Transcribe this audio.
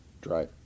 dry